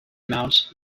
amounts